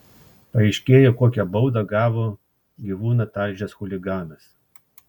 paaiškėjo kokią baudą gavo gyvūną talžęs chuliganas